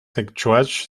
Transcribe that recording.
george’s